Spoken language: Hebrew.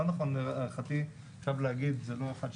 זה לא נכון להערכתי עכשיו להגיד שזה לא אחד,